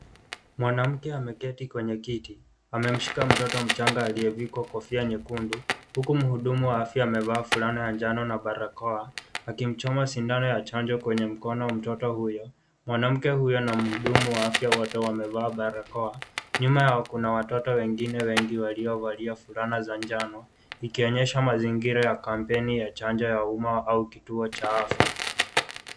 Mwanamke ameketi kwenye kiti amamshiks mtoto mchanga aliyefikwa kofia nyekundu huku muhudumu akiwa amevaa fulana njano na barakoa akimchuma sindano ya mkono mtoto huyo, mwanamke huyu anamuhudumu wa afya wote wamevaa barakoa, nyuma yao kuna watoto wengine wengi waliao valia fulana za njano ikionyesha mazingira ya kampeini ya chanjo ya umma au kituo cha afya.